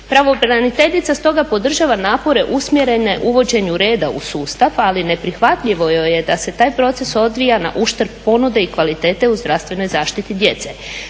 pravobraniteljica stoga podržava napore usmjerene uvođenju reda u sustav, ali neprihvatljivo joj je da se taj proces odvija na uštrb ponude i kvalitete u zdravstvenoj zaštiti djece.